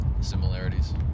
similarities